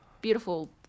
Beautiful